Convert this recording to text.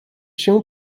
się